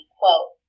quote